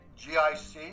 GIC